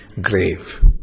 grave